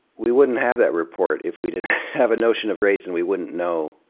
we wouldn't have that report if we didn't have a notion of race, and we wouldn't know